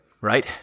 right